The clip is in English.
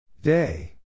Day